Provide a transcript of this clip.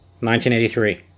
1983